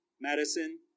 Madison